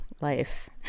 life